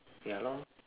ya lor